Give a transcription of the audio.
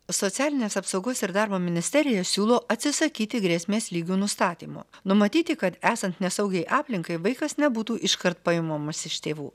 socialinės apsaugos ir darbo ministerija siūlo atsisakyti grėsmės lygių nustatymo numatyti kad esant nesaugiai aplinkai vaikas nebūtų iškart paimamas iš tėvų